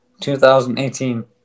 2018